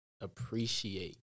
appreciate